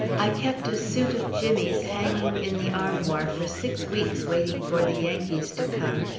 i kept a suit of jimmy's hanging in the armoir for six weeks waiting for the yankees to come,